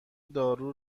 دارو